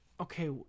Okay